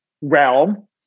realm